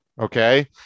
okay